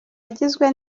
agizwe